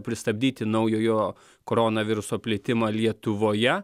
pristabdyti naujojo koronaviruso plitimą lietuvoje